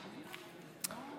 הנושא לוועדה לא נתקבלה.